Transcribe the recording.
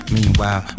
Meanwhile